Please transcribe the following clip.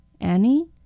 Annie